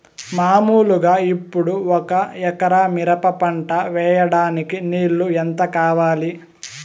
మామూలుగా ఇప్పుడు ఒక ఎకరా మిరప పంట వేయడానికి నీళ్లు ఎంత కావాలి?